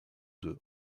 deux